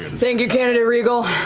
thank you, candidate riegel.